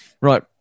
right